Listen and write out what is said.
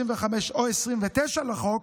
25 או 29 לחוק.